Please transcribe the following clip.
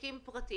פרטי.